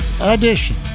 edition